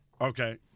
Okay